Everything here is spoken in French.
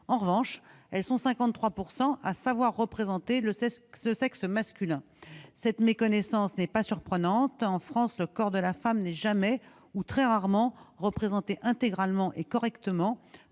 En revanche, elles étaient 53 % à savoir représenter le sexe masculin. Cette méconnaissance n'est pas surprenante ! En France, le corps de la femme n'est jamais représenté intégralement et correctement-